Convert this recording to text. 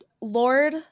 Lord